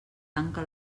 tanca